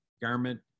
garment